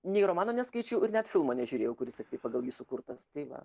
nei romano neskaičiau ir net filmo nežiūrėjau kuris pagal jį sukurtas tyla